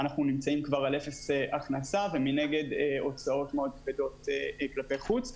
אנחנו כבר נמצאים על אפס הכנסה ומנגד הוצאות מאוד כבדות כלפי חוץ.